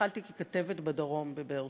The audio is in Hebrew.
התחלתי ככתבת בדרום, בבאר-שבע,